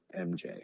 MJ